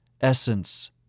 essence